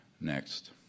Next